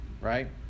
right